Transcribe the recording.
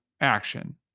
action